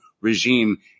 regime